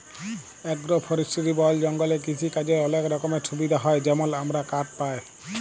agro forestry বল জঙ্গলে কিসিকাজের অলেক রকমের সুবিধা হ্যয় যেমল আমরা কাঠ পায়